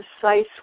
precise